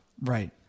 Right